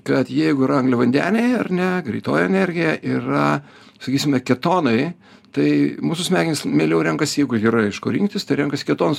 kad jeigu yra angliavandeniai ar ne greitoji energija yra sakysime ketonai tai mūsų smegenys mieliau renkasi jeigu yra iš ko rinktis renkasi ketonus